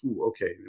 okay